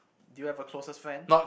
do you have a closest friend